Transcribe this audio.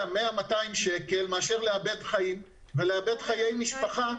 100 200 מאשר לאבד חיים ולאבד חיי משפחה,